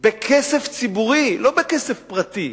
בכסף ציבורי, לא בכסף פרטי,